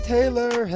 Taylor